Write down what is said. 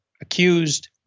accused